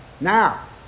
now